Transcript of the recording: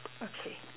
okay